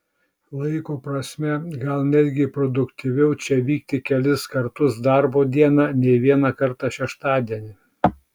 laiko prasme gal netgi produktyviau čia vykti kelis kartus darbo dieną nei vieną kartą šeštadienį